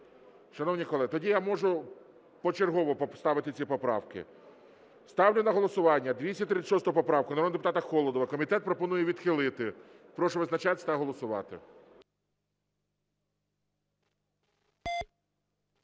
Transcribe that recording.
Шановні колеги, тоді я можу почергово поставити ці поправки. Ставлю на голосування 236 поправку народного депутата Холодова. Комітет пропонує відхилити. Прошу визначатись та голосувати.